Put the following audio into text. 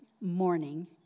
morning